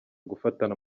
gufatana